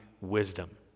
wisdom